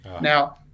Now